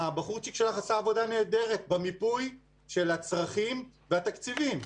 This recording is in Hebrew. הבחורצ'יק שלך עשה עבודה נהדרת במיפוי של הצרכים והתקציבים.